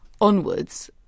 onwards